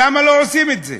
למה לא עושים את זה?